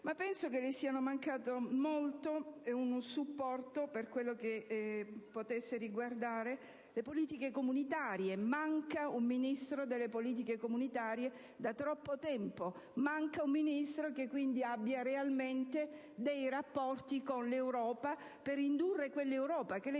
penso che le sia molto mancato un supporto per quello che potesse riguardare le politiche comunitarie: manca un Ministro per le politiche europee da troppo tempo. Manca un Ministro, quindi, che abbia realmente rapporti con l'Europa per indurre quell'Europa, che lei